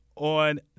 on